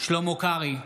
שלמה קרעי,